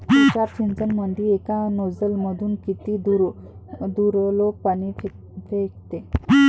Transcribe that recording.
तुषार सिंचनमंदी एका नोजल मधून किती दुरलोक पाणी फेकते?